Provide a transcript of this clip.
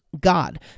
God